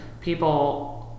people